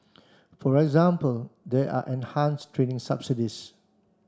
for example there are enhanced training subsidies